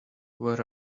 where